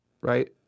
right